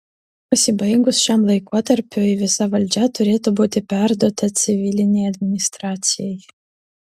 pasibaigus šiam laikotarpiui visa valdžia turėtų būti perduota civilinei administracijai